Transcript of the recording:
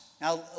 now